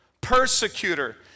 persecutor